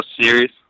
series